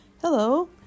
hello